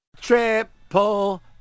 Triple